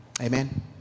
Amen